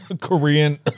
Korean